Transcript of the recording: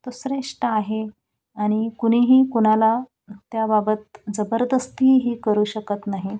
तो श्रेष्ठ आहे आणि कुणीही कुणाला त्याबाबत जबरदस्तीही करू शकत नाही